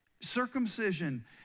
circumcision